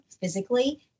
physically